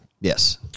Yes